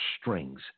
strings